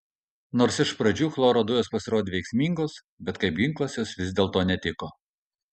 nors iš pradžių chloro dujos pasirodė veiksmingos bet kaip ginklas jos vis dėlto netiko